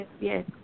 Yes